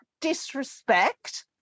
disrespect